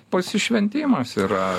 pasišventimas yra